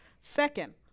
second